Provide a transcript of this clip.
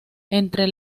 entre